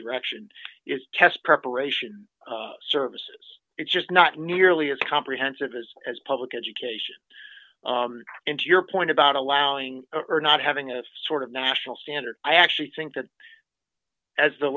direction is test preparation services it's just not nearly as comprehensive as as public education and your point about allowing or not having a sort of national standard i actually think that as the